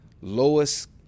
lowest